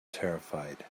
terrified